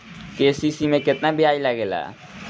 KCC में केतना ब्याज लगेला?